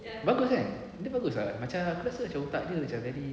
bagus kan dia bagus ah macam aku rasa macam otak dia macam very